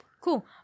Cool